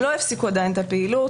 הם עדיין לא הפסיקו את הפעילות.